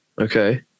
Okay